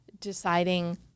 deciding